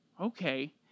okay